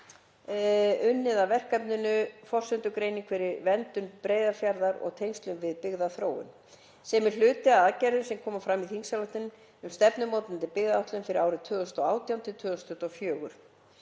unnið að verkefninu Forsendugreining fyrir verndun Breiðafjarðar og tengsl við Byggðaþróun, sem er hluti af aðgerðum sem fram koma í þingsályktun um stefnumótandi byggðaáætlun fyrir árin 2018–2024.